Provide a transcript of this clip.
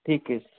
ठीक आहे